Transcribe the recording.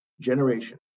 generation